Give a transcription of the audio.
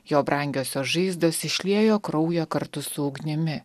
jo brangiosios žaizdos išliejo kraują kartu su ugnimi